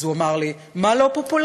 אז הוא אמר לי: מה לא פופולרי?